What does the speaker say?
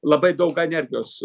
labai daug energijos